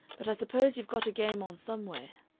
but i suppose you've got a game on somewhere.